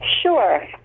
Sure